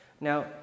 Now